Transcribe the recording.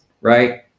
right